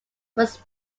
was